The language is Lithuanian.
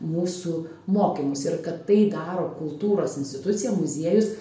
mūsų mokymus ir kad tai daro kultūros institucija muziejus